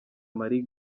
mali